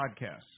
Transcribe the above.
podcasts